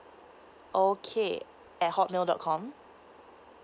okay at hotmail dot com